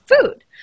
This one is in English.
food